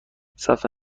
صحفه